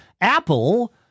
apple